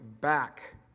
back